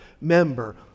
member